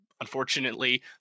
unfortunately